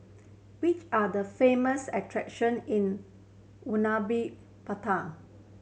which are the famous attraction in